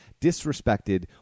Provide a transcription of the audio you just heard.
disrespected